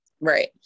Right